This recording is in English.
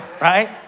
right